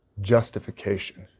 justification